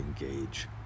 engage